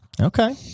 Okay